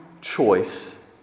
choice